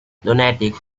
lunatic